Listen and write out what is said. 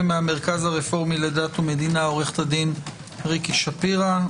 ומהמרכז הרפורמי לדת ומדינה עו"ד ריקי שפירא.